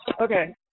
okay